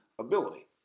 ability